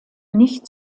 nicht